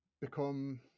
become